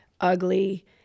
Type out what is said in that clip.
ugly